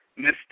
Mr